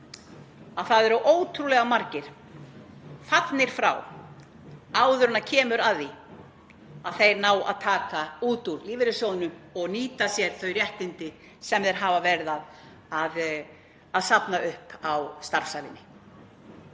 að það eru ótrúlega margir fallnir frá áður en kemur að því að þeir nái að taka út úr lífeyrissjóðnum og nýta sér þau réttindi sem þeir hafa verið að safna upp á starfsævinni.